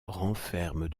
renferme